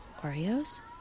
Oreos